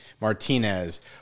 Martinez